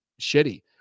shitty